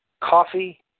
coffee